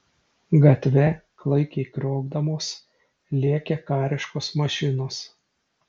gatve klaikiai kriokdamos lėkė kariškos mašinos